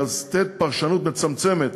לתת פרשנות מצמצמת